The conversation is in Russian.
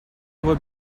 его